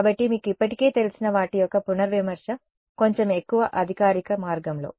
కాబట్టి మీకు ఇప్పటికే తెలిసిన వాటి యొక్క పునర్విమర్శ కొంచెం ఎక్కువ అధికారిక మార్గంలో